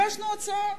הגשנו הצעה,